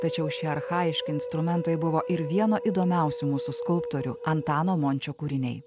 tačiau šie archajiški instrumentai buvo ir vieno įdomiausių mūsų skulptorių antano mončio kūriniai